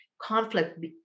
conflict